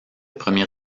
premier